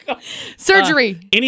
Surgery